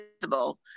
visible